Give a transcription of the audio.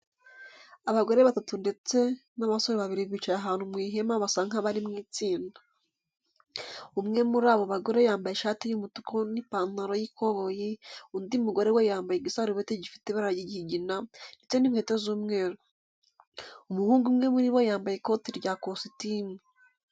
Abagore batatu ndetse n'abasore babiri bicaye ahantu mu ihema basa nk'abari mu itsinda. Umwe muri abo bagore yambaye ishati y'umutuku n'ipantaro y'ikoboyi, undi mugore we yambaye igisarubeti gifite ibara ry'ikigina ndetse n'inkweto z'umweru. Umuhungu umwe muri bo yambaye ikote rya kositimu.